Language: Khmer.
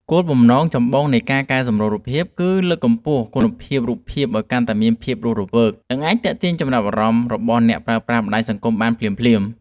គោលបំណងចម្បងនៃការកែសម្រួលរូបថតគឺដើម្បីលើកកម្ពស់គុណភាពរូបភាពឱ្យកាន់តែមានភាពរស់រវើក និងអាចទាក់ទាញចំណាប់អារម្មណ៍របស់អ្នកប្រើប្រាស់បណ្តាញសង្គមបានភ្លាមៗ។